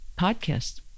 podcast